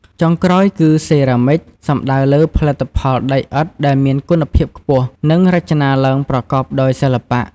ចុងក្រោយគឺសេរ៉ាមិច សំដៅលើផលិតផលដីឥដ្ឋដែលមានគុណភាពខ្ពស់ និងរចនាឡើងប្រកបដោយសិល្បៈ។